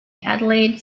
adelaide